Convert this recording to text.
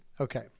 Okay